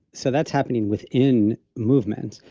so that's happening within movements.